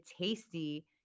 tasty